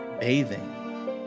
bathing